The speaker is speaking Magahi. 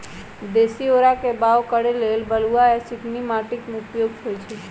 देशी औरा के बाओ करे लेल बलुआ आ चिकनी माटि उपयुक्त होइ छइ